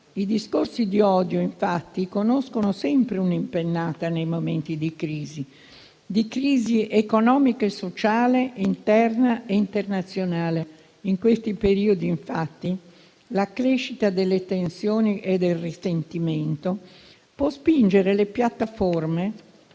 I discorsi di odio, infatti, conoscono sempre un'impennata nei momenti di crisi economica e sociale, interna e internazionale. In questi periodi, infatti, la crescita delle tensioni e del risentimento può spingere le piattaforme